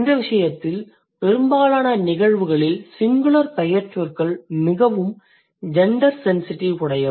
இந்தி விசயத்தில் பெரும்பாலான நிகழ்வுகளில் சிங்குலர் பெயர்ச்சொற்கள் மிகவும் ஜெண்டர் சென்சிடிவ் உடையவை